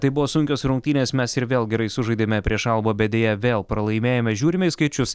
tai buvo sunkios rungtynės mes ir vėl gerai sužaidėme prieš albą bet deja vėl pralaimėjome žiūrime į skaičius